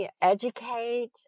educate